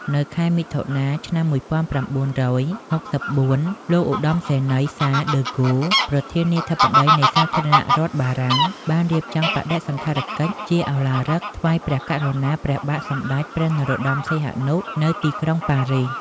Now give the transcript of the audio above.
នៅខែមិថុនា ឆ្នាំ១៩៦៤ លោកឧត្តមសេនីយ៍ សាល ដឺហ្គោល ប្រធានាធិបតីនៃសាធារណរដ្ឋបារាំងបានរៀបចំបដិសណ្ឋារកិច្ចជាឧឡារិកថ្វាយ ព្រះករុណា ព្រះបាទសម្តេចព្រះនរោត្តម សីហនុ នៅទីក្រុងប៉ារីស។